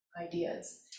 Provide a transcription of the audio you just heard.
ideas